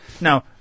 Now